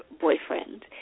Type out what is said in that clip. boyfriend